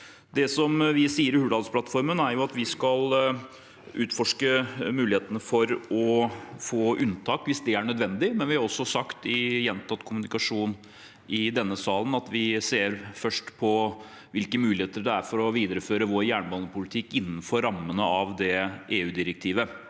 er at vi skal utforske mulighetene for å få unntak hvis det er nødvendig. Vi har også sagt i gjentatt kommunikasjon i denne salen at vi først ser på hvilke muligheter det er for å videreføre vår jernbanepolitikk innenfor rammene av det EU-direktivet.